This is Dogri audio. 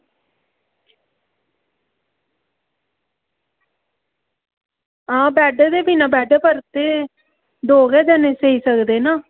आं बैड पर देने बेडै पर ते दौ गै जनें सेई सकदे न